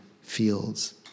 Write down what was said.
fields